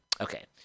Okay